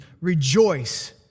rejoice